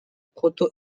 proto